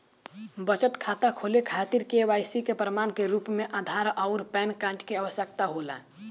बचत खाता खोले खातिर के.वाइ.सी के प्रमाण के रूप में आधार आउर पैन कार्ड की आवश्यकता होला